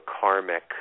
karmic